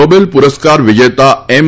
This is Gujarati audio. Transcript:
નોબેલ પુરસ્કાર વિજેતા એમ